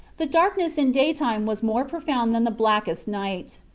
the darkness in daytime was more profound than the blackest night.